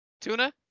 Tuna